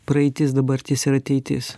praeitis dabartis ir ateitis